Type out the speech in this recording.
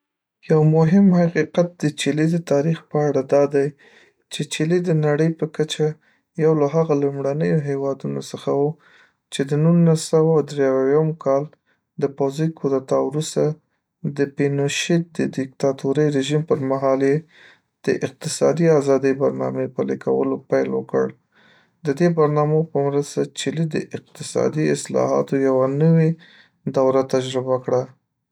یو مهم حقیقت د چیلي د تاریخ په اړه دا دی چې چیلي د نړۍ په کچه یو له هغو لومړنیو هېوادونو څخه و چې د نولس سوه دري اویاوم کال د پوځي کودتا وروسته د پینوشېت د دیکتاتوري رژیم پر مهال یې د اقتصادي ازادي برنامې پلي کولو پیل وکړ. د دې برنامو په مرسته، چیلي د اقتصادي اصلاحاتو یوه نوې دوره تجربه کړه.